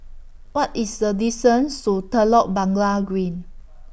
What IS The distance to Telok Blangah Green